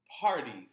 parties